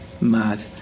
Mad